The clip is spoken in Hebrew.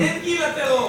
אין גיל לטרור.